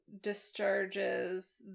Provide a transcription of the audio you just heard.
discharges